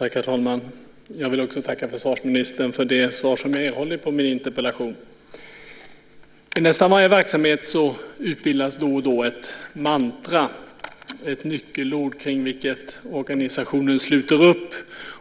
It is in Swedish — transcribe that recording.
Herr talman! Jag tackar försvarsministern för det svar som jag har erhållit på min interpellation. I nästan varje verksamhet bildas då och då ett mantra, ett nyckelord, kring vilket organisationen sluter upp